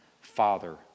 father